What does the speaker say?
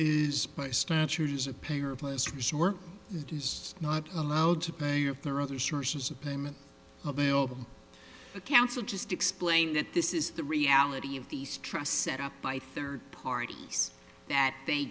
it is not allowed to pay if there are other sources of payment available the council just explained that this is the reality of these trusts set up by third parties that they